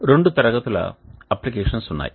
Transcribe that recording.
రెండు తరగతుల అప్లికేషన్లు ఉన్నాయి